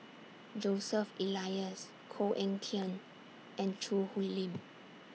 Joseph Elias Koh Eng Kian and Choo Hwee Lim